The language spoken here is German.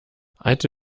alte